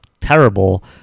terrible